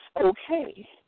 okay